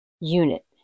unit